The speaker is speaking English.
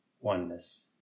Oneness